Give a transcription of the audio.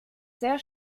sehr